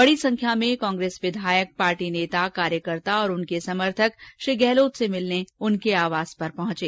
बडी संख्या में कांग्रेस विधायक पार्टी नेता कार्यकर्ता और उनके समर्थक श्री गहलोत से मिलने उनके आवास पर पहुंचे